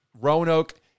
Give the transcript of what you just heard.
Roanoke